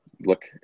look